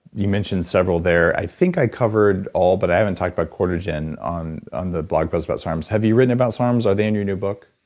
you mentioned several there. i think i covered all, but i haven't talked about cortigen on on the blog post about sarms have you written about sarms? are they in your new book?